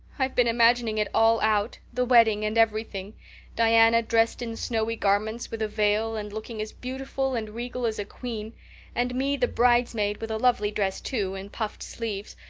i've been imagining it all out the wedding and everything diana dressed in snowy garments, with a veil, and looking as beautiful and regal as a queen and me the bridesmaid, with a lovely dress too, and puffed sleeves,